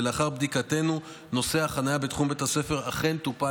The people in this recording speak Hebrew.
ולאחר בדיקתנו נושא החנייה בתחום בית הספר אכן טופל,